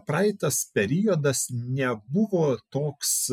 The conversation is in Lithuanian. praeitas periodas nebuvo toks